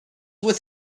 with